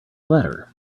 letter